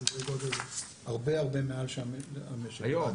זה סדרי גודל הרבה מעל --- היום.